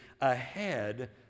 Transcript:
ahead